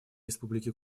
республике